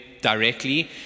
directly